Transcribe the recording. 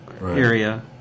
area